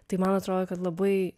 tai man atrodo kad labai